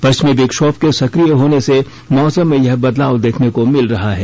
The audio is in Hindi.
पश्चिमी विक्षोभ के सक्रिय होने से मौसम में यह बदलाव देखने को मिल रहा है